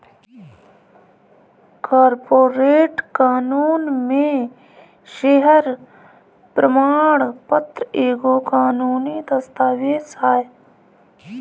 corporate कानून में share प्रमाण पत्र एगो कानूनी दस्तावेज हअ